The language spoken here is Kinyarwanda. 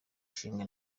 nshinga